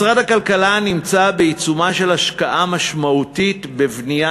משרד הכלכלה נמצא בעיצומה של השקעה משמעותית בבנייה